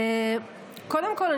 קודם כול,